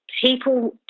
People